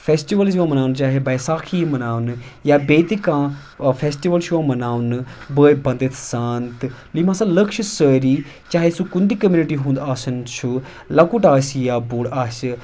festivals یِوان مناونہٕ چاہے بیساکھی یہِ مَناونہٕ یا بیٚیہِ تہِ کانٛہہ فیٚسٹِوَل چھُ یِوان مَناونہٕ بٲے بَندٕتۍ سان تہٕ یِم ہَسا لُکھ چھِ سٲری چاہے سُہ کُنہِ تہِ کٔمنِٹی ہُنٛد آسان چھُ لۄکُٹ آسہِ یا بوٚڈ آسہِ